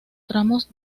tramos